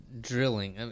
drilling